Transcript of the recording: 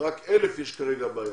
רק 1,000 איש יש כרגע בעיה.